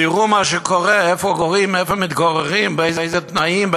תראו מה שקורה, איפה מתגוררים, באיזה תנאים,